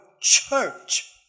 church